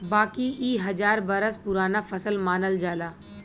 बाकी इ हजार बरस पुराना फसल मानल जाला